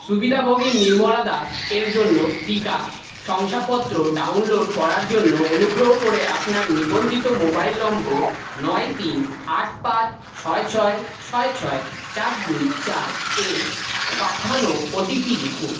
সুবিধাভোগী নির্মলা দাস এর জন্য টিকা শংসাপত্র ডাউনলোড করার জন্য অনুগ্রহ করে আপনার নিবন্ধিত মোবাইল নম্বর নয় তিন আট পাঁচ ছয় ছয় ছয় ছয় চার দুই চার এ পাঠানো ও টি পি লিখুন